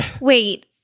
wait